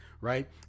right